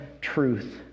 truth